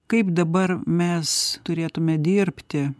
kaip dabar mes turėtume dirbti